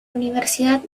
universidad